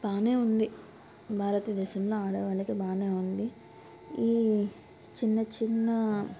బాగానే ఉంది భారతదేశంలో ఆడవాళ్ళకి బాగానే ఉంది ఈ చిన్న చిన్న